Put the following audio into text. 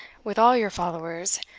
with all your followers,